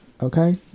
Okay